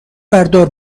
بردار